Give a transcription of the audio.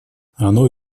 оно